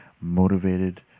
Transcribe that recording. motivated